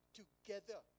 together